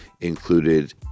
included